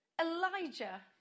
Elijah